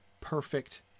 perfect